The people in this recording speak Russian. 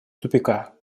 тупика